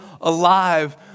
alive